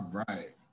right